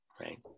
Right